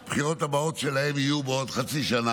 והבחירות הבאות שלהם יהיו בעוד חצי שנה,